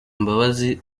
imbabazi